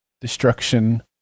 destruction